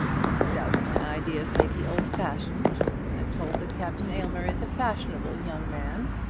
no doubt my ideas may be old-fashioned, and i'm told that captain aylmer is a fashionable young man.